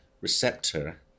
receptor